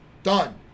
Done